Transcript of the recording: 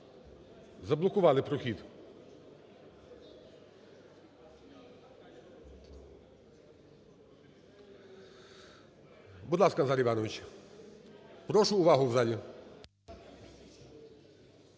Заблокували прохід. Будь ласка, Назар Іванович. Прошу увагу в залі.